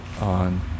on